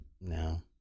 No